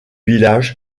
village